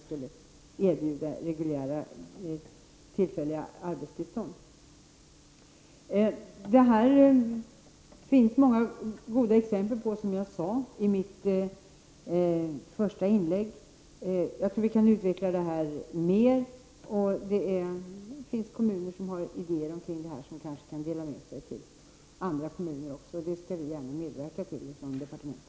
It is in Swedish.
Som jag sade i mitt första inlägg kan det anföras många exempel. Jag tror att vi kan komma längre fram på det här området. Det finns kommuner som har idéer och som kanske kan dela med sig till andra kommuner. Från departementets sida skall vi gärna medverka.